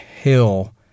hill